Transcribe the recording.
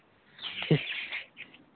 ठीक